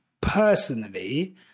personally